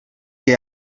què